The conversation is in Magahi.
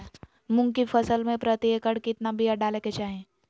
मूंग की फसल में प्रति एकड़ कितना बिया डाले के चाही?